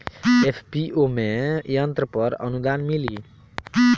FPO में यंत्र पर आनुदान मिँली?